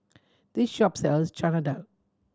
this shop sells Chana Dal